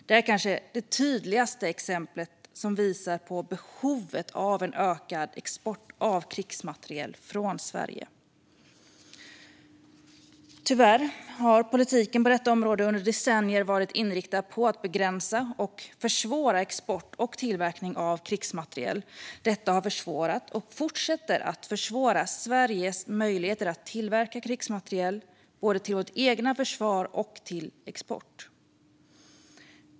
Det är kanske det tydligaste exemplet som visar på behovet av en ökad export av krigsmateriel från Sverige. Politiken på detta område har under decennier tyvärr varit inriktad på att begränsa och försvåra för export och tillverkning av krigsmateriel. Detta har försvårat och fortsätter att försvåra för Sveriges möjligheter att tillverka krigsmateriel både till vårt eget försvar och för export.